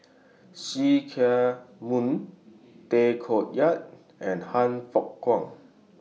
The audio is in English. See Chak Mun Tay Koh Yat and Han Fook Kwang